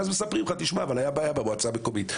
ואז מספרים לך: אבל הייתה בעיה במועצה המקומית.